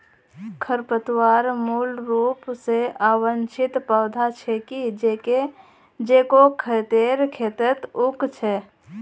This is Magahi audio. खरपतवार मूल रूप स अवांछित पौधा छिके जेको खेतेर खेतत उग छेक